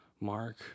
Mark